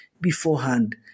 beforehand